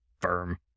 firm